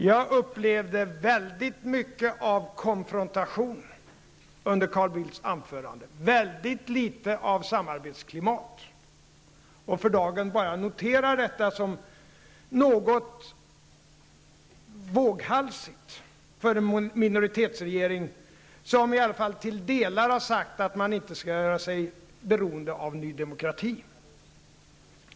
Jag upplevde väldigt mycket av konfrontation under Carl Bildts anförande, väldigt litet av samarbetsklimat. För dagen noterar jag bara detta som något våghalsigt för en minoritetsregering som åtminstone delvis har sagt att man inte skall göra sig beroende ny demokrati.